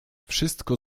wszystko